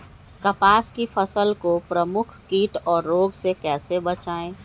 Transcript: कपास की फसल को प्रमुख कीट और रोग से कैसे बचाएं?